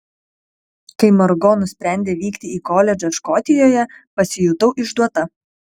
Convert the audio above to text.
kai margo nusprendė vykti į koledžą škotijoje pasijutau išduota